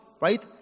Right